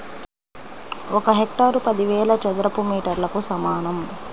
ఒక హెక్టారు పదివేల చదరపు మీటర్లకు సమానం